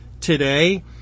today